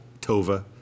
Tova